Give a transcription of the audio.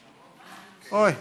אוי.